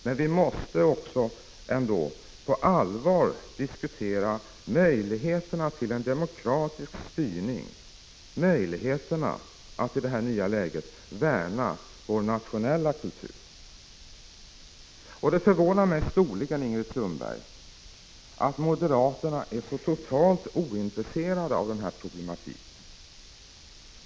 Men vi måste på allvar diskutera möjligheterna till en demokratisk styrning, möjligheterna att i detta nya läge värna vår nationella kultur. Det förvånar mig storligen, Ingrid Sundberg, att moderaterna är så totalt ointresserade av den här problematiken.